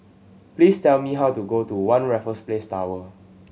please tell me how to go to One Raffles Place Tower